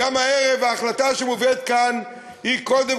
גם הערב ההחלטה שמובאת כאן היא קודם